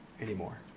anymore